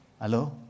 Hello